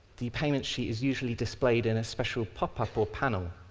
the payment sheet is usually displayed in a special pop-up or panel.